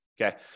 Okay